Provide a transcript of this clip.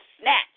snatch